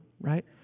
Right